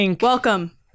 welcome